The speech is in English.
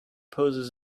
poses